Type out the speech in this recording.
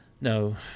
No